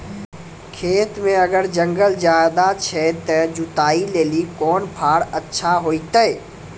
खेत मे अगर जंगल ज्यादा छै ते जुताई लेली कोंन फार अच्छा होइतै?